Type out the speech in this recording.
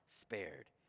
spared